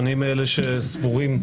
אני מאלה שסבורים,